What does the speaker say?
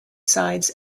sides